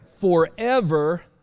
Forever